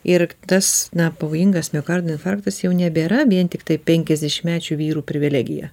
ir tas na pavojingas miokardo infarktas jau nebėra vien tiktai penkiasdešimtmečių vyrų privilegija